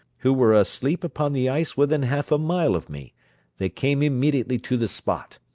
who were asleep upon the ice within half a mile of me they came immediately to the spot.